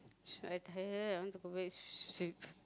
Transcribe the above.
sh~ I tired I want to go back to sleep